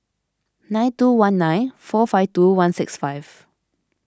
nine two one nine four five two one six five